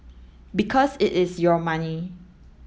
because it is your money